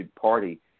party